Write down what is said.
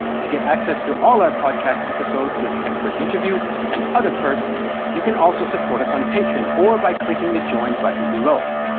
to get access to all our podcast episodes with expert interviews, and other perks you can also support us on patreon or by clicking the join button below.